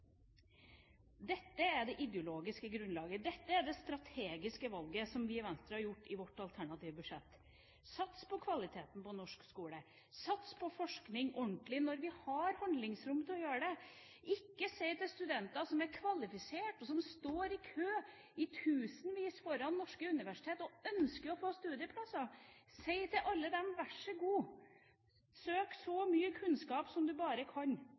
Dette er det ideologiske grunnlaget, dette er det strategiske valget som vi i Venstre har gjort i vårt alternative budsjett: Sats på kvaliteten i norsk skole, sats ordentlig på forskning når vi har handlingsrom til å gjøre det! Si til alle de studentene som er kvalifisert, og som står i kø i tusentall foran norske universiteter og ønsker å få en studieplass: Vær så god – søk så mye kunnskap som du bare kan!